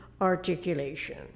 articulation